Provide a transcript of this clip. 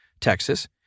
Texas